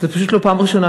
זו פשוט לא פעם ראשונה,